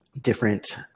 different